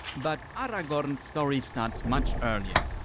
but aragorn's story starts much earlier.